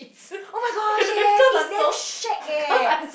oh-my-gosh ya is damn shag eh